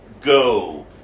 go